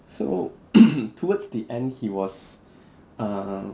so towards the end he was um